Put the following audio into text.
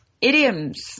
Idioms